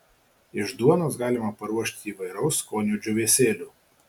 iš duonos galima paruošti įvairaus skonio džiūvėsėlių